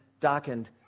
darkened